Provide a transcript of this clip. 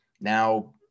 Now